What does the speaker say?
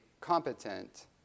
competent